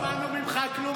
לא שמענו ממך כלום על פינדרוס.